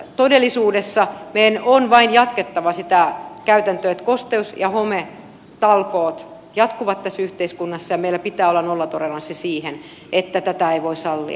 todellisuudessa meidän on vain jatkettava sitä käytäntöä että kosteus ja hometalkoot jatkuvat tässä yhteiskunnassa ja meillä pitää olla nollatoleranssi siihen että tätä ei voi sallia